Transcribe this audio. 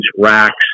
racks